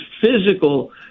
physical